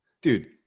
Dude